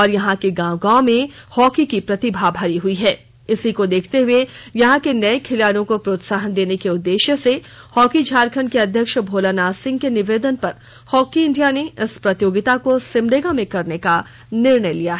और यहां के गांव गांव में हॉकी की प्रतिभा भरी हुई है इसी को देखते हुए यहां के नए खिलाड़ियों को प्रोत्साहन देने के उद्देश्य से हॉकी झारखंड के अध्यक्ष भोला नाथ सिंह के निवेदन पर हॉकी इंडिया ने इस प्रतियोगिता को सिमडेगा में करने का निर्णय लिया है